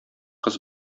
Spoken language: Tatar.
кыз